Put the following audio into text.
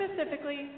specifically